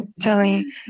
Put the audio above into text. telling